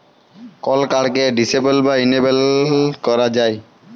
call কাড়কে disable বা enable ক্যরা যায়